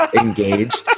engaged